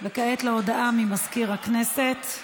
וכעת הודעה לסגן מזכירת הכנסת.